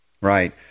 right